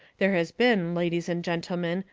there has been, ladies and gentlemen,